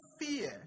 fear